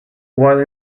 while